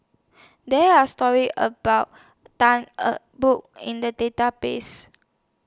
There Are stories about Tan Eng Bock in The Database